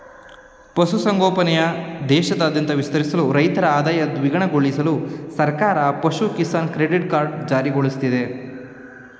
ಪಶು ಸಂಗೋಪನೆನ ದೇಶಾದ್ಯಂತ ವಿಸ್ತರಿಸಲು ರೈತರ ಆದಾಯ ದ್ವಿಗುಣಗೊಳ್ಸಲು ಸರ್ಕಾರ ಪಶು ಕಿಸಾನ್ ಕ್ರೆಡಿಟ್ ಕಾರ್ಡ್ ಜಾರಿಗೊಳ್ಸಿದೆ